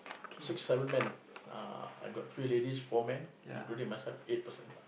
six seven men ah I got three ladies four men including myself eight person lah